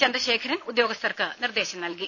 ചന്ദ്രശേഖരൻ ഉദ്യോഗസ്ഥർക്ക് നിർദേശം നൽകി